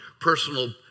personal